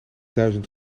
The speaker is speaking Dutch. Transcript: duizend